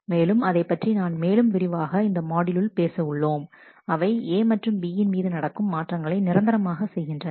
மேலும் அதைப் பற்றி நான் மேலும் விரிவாக இந்த மாட்யூலில் பேச உள்ளோம் அவை A மற்றும் B யின் மீது நடக்கும் மாற்றங்களை நிரந்தரமாக செய்கின்றன